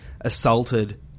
assaulted